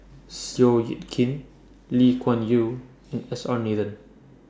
Seow Yit Kin Lee Kuan Yew and S R Nathan